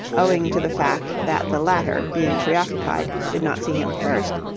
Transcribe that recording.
owing to the fact that the latter, being preoccupied, did not see him first,